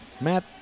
Matt